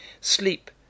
Sleep